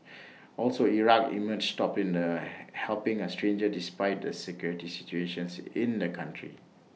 also Iraq emerged top in the helping A stranger despite the security situation's in the country